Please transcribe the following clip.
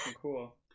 cool